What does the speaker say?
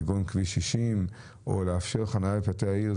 כגון כביש 60, או לאפשר חניה בפאתי העיר.